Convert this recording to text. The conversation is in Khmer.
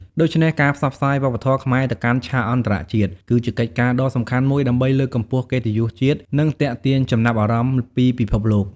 ដូច្នេះ ការផ្សព្វផ្សាយវប្បធម៌ខ្មែរទៅកាន់ឆាកអន្តរជាតិ គឺជាកិច្ចការដ៏សំខាន់មួយ ដើម្បីលើកកម្ពស់កិត្តិយសជាតិ និងទាក់ទាញចំណាប់អារម្មណ៍ពីពិភពលោក។